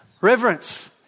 Reverence